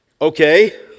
okay